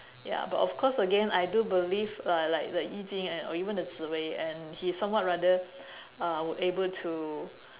ya but of course again I do believe like like the 易经 and or even the 紫微 and he somewhat rather uh were able to